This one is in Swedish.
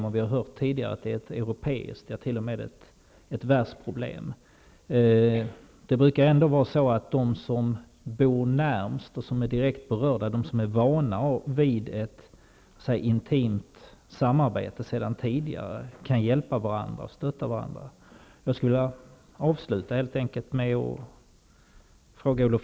Vi har tidigare hört att det också är ett europeiskt och t.o.m. ett globalt problem, men de som bor närmast, är direkt berörda och sedan tidigare vana vid att samarbeta intimt, kan hjälpa och stötta varandra.